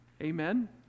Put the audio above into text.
Amen